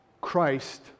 Christ